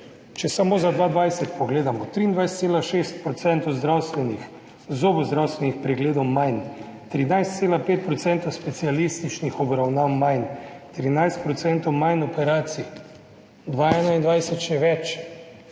Če samo za 2020 pogledamo. 23,6 % zobozdravstvenih pregledov manj, 13,5 % specialističnih obravnav manj, 13 % manj operacij, 2021 še več.